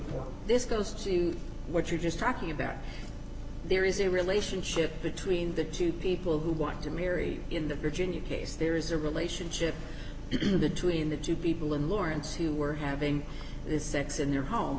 three this goes to what you're just talking about there is a relationship between the two people who want to marry in the virginia case there is a relationship between between the two people in lawrence who were having sex in their home